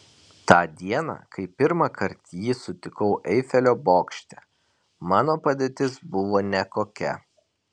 tą dieną kai pirmąkart jį sutikau eifelio bokšte mano padėtis buvo nekokia